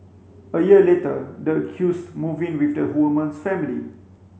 a year later the accused moved in with the woman's family